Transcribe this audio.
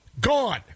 gone